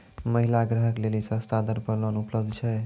महिला ग्राहक लेली सस्ता दर पर लोन उपलब्ध छै?